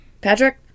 patrick